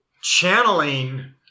channeling